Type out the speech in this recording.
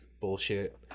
bullshit